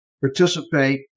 participate